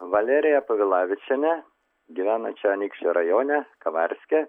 valeriją povilavičienę gyvenančią anykščių rajone kavarske